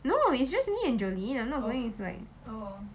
no it's just me and joleen and I'm not going with like